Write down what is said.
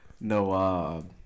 No